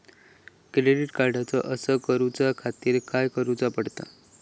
Credit कार्डचो अर्ज करुच्या खातीर काय करूचा पडता?